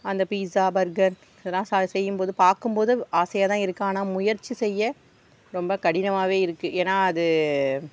அந்த pizza burger இதுலாம் செய்யும்போது பார்க்கும்போது ஆசையாகதான் இருக்கு ஆனால் முயற்சி செய்ய ரொம்ப கடினமாகவே இருக்கு ஏன்னா அது